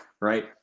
right